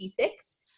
C6